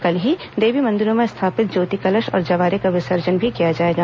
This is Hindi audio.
कल ही देवी मंदिरों में स्थापित ज्योतिकलश और जवारे का विसर्जन भी किया जाएगा